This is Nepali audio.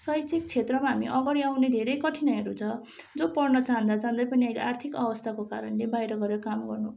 शैक्षिक क्षेत्रमा हामी अगाडि आउने धेरै कठिनाइहरू छ जो पढ्न चाहँदा चाहँदै पनि अहिले आर्थिक अवस्थाको कारणले बाहिर गएर काम गर्नु